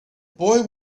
boy